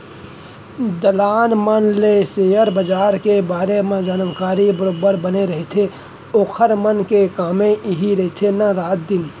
दलाल मन ल सेयर बजार के बारे मन जानकारी बरोबर बने रहिथे ओखर मन के कामे इही रहिथे ना रात दिन